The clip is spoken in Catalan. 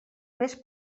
més